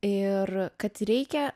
ir kad reikia